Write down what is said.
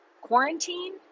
quarantine